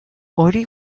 hori